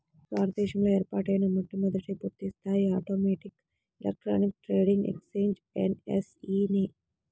భారత దేశంలో ఏర్పాటైన మొట్టమొదటి పూర్తిస్థాయి automatic electronic trading exchange NSE నే